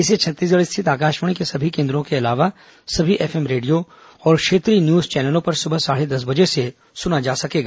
इसे छत्तीसगढ़ स्थित आकाशवाणी के सभी केन्द्रों के अलावा सभी एफएम रेडियो और क्षेत्रीय न्यूज चैनलों पर सुबह साढ़े दस बजे से सुना जा सकेगा